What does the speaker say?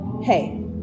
hey